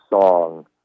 song